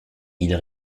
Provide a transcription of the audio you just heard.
ils